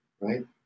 right